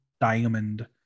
Diamond